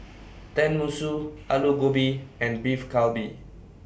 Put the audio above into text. Tenmusu Alu Gobi and Beef Galbi